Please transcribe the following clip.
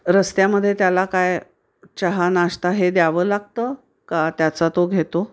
रस्त्यामध्ये त्याला काय चहा नाश्ता हे द्यावं लागतं का त्याचा तो घेतो